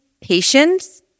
patience